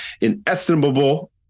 inestimable